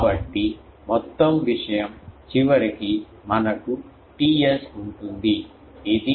కాబట్టి మొత్తం విషయం చివరికి మనకు Ts ఉంటుంది ఇది Tr ప్లస్ Ta